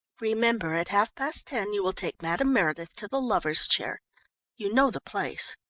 remember, at half-past ten you will take madame meredith to the lovers' chair you know the place?